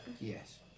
Yes